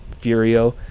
Furio